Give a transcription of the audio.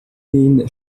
nin